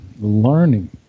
Learning